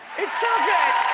it's so good.